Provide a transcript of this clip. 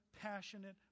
passionate